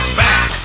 back